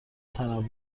تنوع